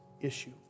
issue